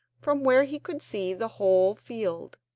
from where he could see the whole field.